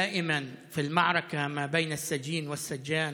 (אומר בערבית: תמיד במערכה שבין האסיר לסוהר,